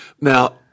Now